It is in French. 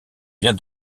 viens